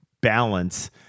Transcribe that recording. balance